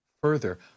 further